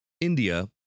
India